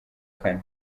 kane